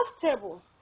comfortable